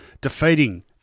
defeating